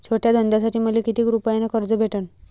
छोट्या धंद्यासाठी मले कितीक रुपयानं कर्ज भेटन?